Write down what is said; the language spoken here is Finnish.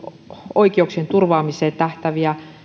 oikeuksien turvaamiseen tähtääviä